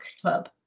club